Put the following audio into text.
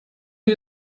you